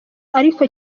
ariko